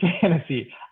fantasy